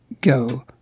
go